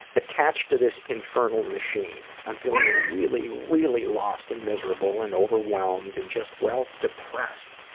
attached to this infertile machine. i'm feeling really, really lost and miserable, and overwhelmed and just well depressed.